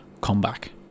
comeback